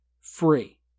free